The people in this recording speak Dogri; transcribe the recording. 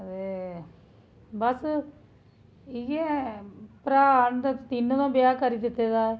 एह् बस इ'यै भ्राऽ न ते त्रोह्नें दा ब्याह् करी दित्ते दा ऐ